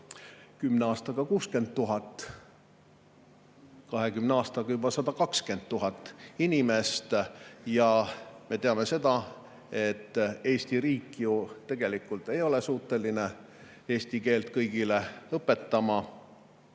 kümne aastaga 60 000, 20 aastaga juba 120 000 inimest. Ja me teame seda, et Eesti riik ei ole ju tegelikult suuteline eesti keelt kõigile õpetama.